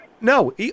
No